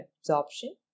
absorption